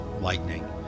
lightning